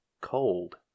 cold